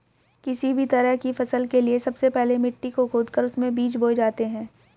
किसी भी तरह की फसल के लिए सबसे पहले मिट्टी को खोदकर उसमें बीज बोए जाते हैं